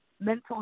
mental